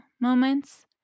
moments